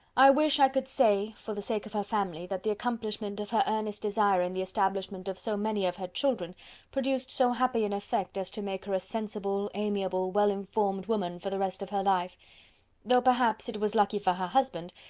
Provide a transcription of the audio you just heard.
i wish i could say, for the sake of her family, that the accomplishment of her earnest desire in the establishment of so many of her children produced so happy an effect as to make her a sensible, amiable, well-informed woman for the rest of her life though perhaps it was lucky for her husband,